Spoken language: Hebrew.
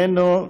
איננו,